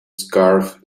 scarf